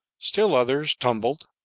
still others tumbled.